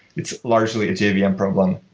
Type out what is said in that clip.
it's largely a jvm yeah um problem,